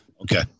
Okay